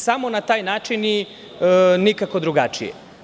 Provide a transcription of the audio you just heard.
Samo na taj način ni nikako drugačije.